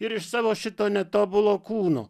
ir iš savo šito netobulo kūno